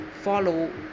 follow